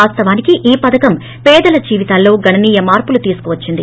వాస్తవానికి ఈ పథకం పేదల జీవితాల్లో గణనీయ మార్పులు తీసుకొచ్చింది